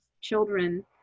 children